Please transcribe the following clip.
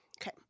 okay